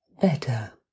better